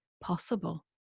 possible